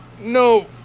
No